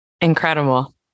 Incredible